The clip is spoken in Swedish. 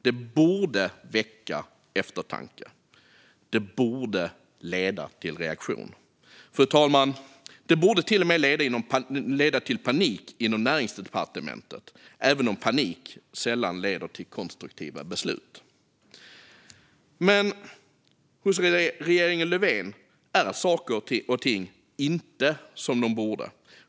Det borde väcka eftertanke. Det borde leda till en reaktion. Det borde till och med leda till panik inom Näringsdepartementet, fru talman, även om panik sällan leder till konstruktiva beslut. Men hos regeringen Löfven är saker och ting inte som de borde.